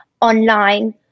online